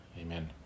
amen